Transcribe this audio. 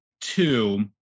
two